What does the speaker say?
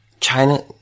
China